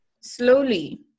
slowly